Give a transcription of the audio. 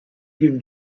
give